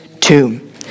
tomb